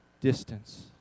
distance